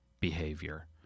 behavior